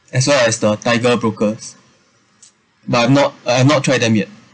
as well as the tiger brokers but I've not I have not tried them yet